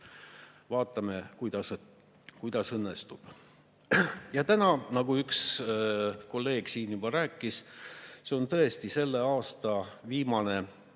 Vaatame, kuidas õnnestub. Täna on, nagu üks kolleeg siin juba rääkis, tõesti selle aasta viimane